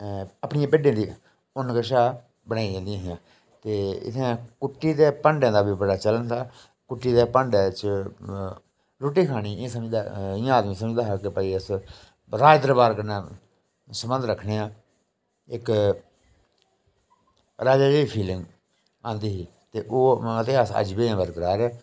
अपनियें भिड्डें दी ऊन कशा दा बनाई दियां होंदियां ही ते इ'त्थें कुट्टी दे भांडें दा बी बड़ा चलन था कुट्टी दे भांडें च रुट्टी खाना इ'यां समझदा हा ते इ'या आदमी समझदा हा कि अस भई राजदरबार कन्नै संबंध रखने आं इक राजे जेही फीलिंग आंदी ही ते ओह् अज्ज बी अजें बरकरार ऐ